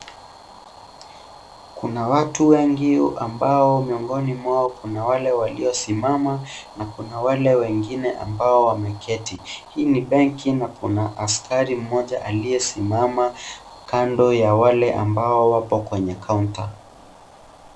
Kuna watu wengi ambao miongoni mwao kuna wale walio simama na kuna wale wengine ambao wameketi. Hii ni benki na kuna askari mmoja aliye simama kando ya wale ambao wako kwenye kaunta.